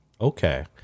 Okay